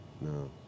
no